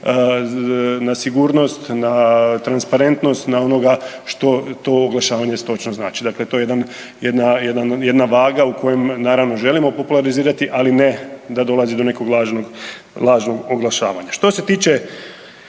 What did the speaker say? na sigurnost, na transparentnost, na onoga što to oglašavanje točno znači. To je jedna vaga u kojem naravno želimo popularizirati, ali ne da dolazi do nekog lažnog oglašavanja. Što se tiče